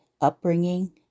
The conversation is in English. upbringing